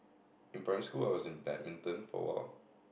in primary school I was intend intend for a while